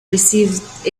received